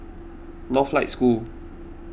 Northlight School